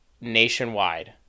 nationwide